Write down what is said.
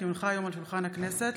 כי הונחו היום על שולחן הכנסת,